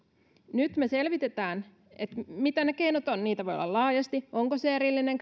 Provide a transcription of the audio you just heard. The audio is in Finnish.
nyt me selvitämme mitä ne keinot ovat niitä voi olla laajasti onko se erillinen